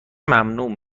ممنوع